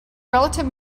relative